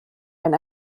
wenn